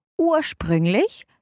Ursprünglich